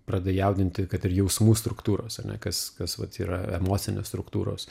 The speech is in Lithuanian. pradeda jaudinti kad ir jausmų struktūros ar ne kas kas vat yra emocinės struktūros